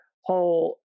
whole